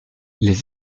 les